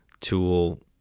tool